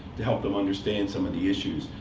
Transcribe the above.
to help them understand some of the issues.